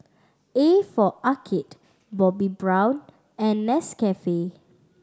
A for Arcade Bobbi Brown and Nescafe